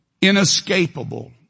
inescapable